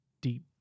deep